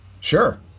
Sure